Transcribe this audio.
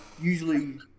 usually